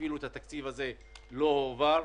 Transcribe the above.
אפילו התקציב הזה לא הועבר.